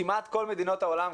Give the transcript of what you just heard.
כמעט כל מדינות העולם,